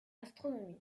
astronomie